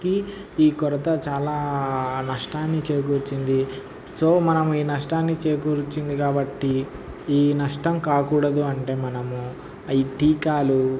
కి ఈ కొరత చాలా నష్టాన్ని చేకూర్చింది సో మనం ఈ నష్టాన్ని చేకూర్చింది కాబట్టి ఈ నష్టం కాకూడదు అంటే మనము ఈ టీకాలు